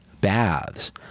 baths